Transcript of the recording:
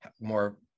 more